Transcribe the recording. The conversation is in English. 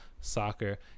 soccer